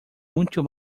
mucho